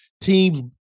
teams